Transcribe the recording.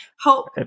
help